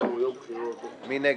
מי נגד?